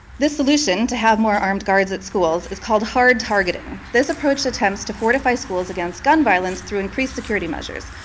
the solution to have more armed guards and schools is called hard targeting. this approach attempts to fortify schools against gun violence through increased security measures.